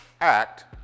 act